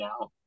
now